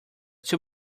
too